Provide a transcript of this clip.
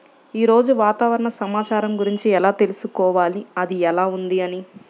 ఈరోజు వాతావరణ సమాచారం గురించి ఎలా తెలుసుకోవాలి అది ఎలా ఉంది అని?